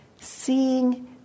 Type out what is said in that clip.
Seeing